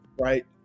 right